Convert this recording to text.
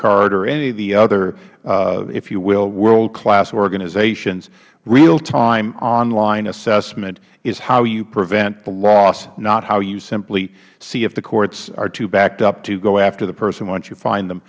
mastercard or any of the other if you will world class organizations real time online assessment is how you prevent the loss not how you simply see if the courts are too backed up to go after the person once you find them